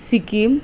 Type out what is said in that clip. Sikkim